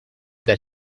that